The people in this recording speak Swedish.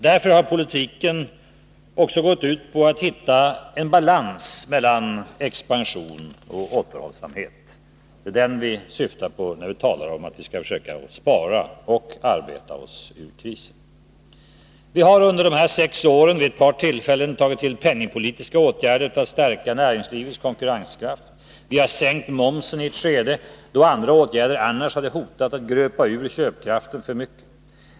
Därför har politiken också gått ut på att hitta en balans mellan expansion och återhållsamhet. Det är den vi syftar på när vi talar om att vi skall försöka spara och arbeta oss ur krisen. Vi har under de här sex åren vid ett par tillfällen tagit till penningpolitiska åtgärder för att stärka näringslivets konkurrenskraft. Vi har sänkt momsen i ett skede då andra åtgärder annars hade hotat att gröpa ur köpkraften för mycket.